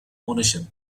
ownership